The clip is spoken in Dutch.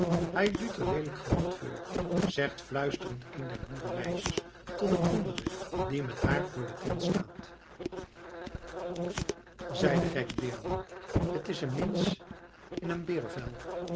hij duut er lêlijk genogt veur zegt fluisterend een der boerenmeisjes tot een andere die met haar voor de tent staat zij de gek deêrn t is en mins in en